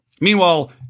Meanwhile